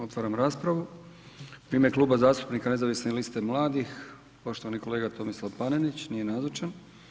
Otvaram raspravu, u ime Klub zastupnika Nezavisne liste mladih, poštovani kolega Tomislav Panenić, nije nazočan.